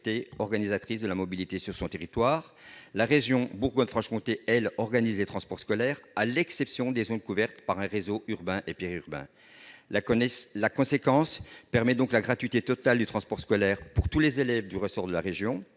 organisatrice de la mobilité sur son territoire. La région Bourgogne-Franche-Comté, pour sa part, organise les transports scolaires, à l'exception des zones couvertes par un réseau urbain et périurbain. La conséquence est la gratuité totale du transport scolaire pour tous les élèves du ressort de la région,